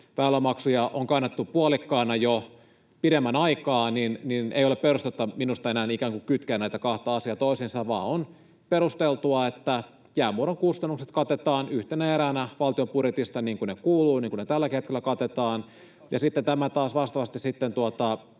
väylämaksuja on kannettu puolikkaina jo pidemmän aikaa, niin ei ole perustetta minusta enää ikään kuin kytkeä näitä kahta asiaa toisiinsa vaan on perusteltua, että jäänmurron kustannukset katetaan yhtenä eränä valtion budjetista niin kuin ne kuuluu ja niin kuin ne tälläkin hetkellä katetaan. [Tuomas Kettunen: